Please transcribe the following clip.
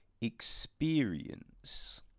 experience